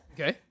Okay